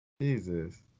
Jesus